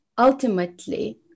ultimately